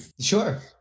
Sure